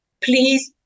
please